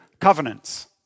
covenants